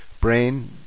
brain